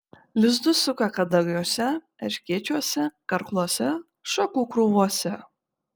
lizdus suka kadagiuose erškėčiuose karkluose šakų krūvose